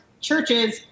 churches